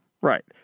Right